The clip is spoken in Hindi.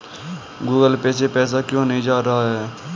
गूगल पे से पैसा क्यों नहीं जा रहा है?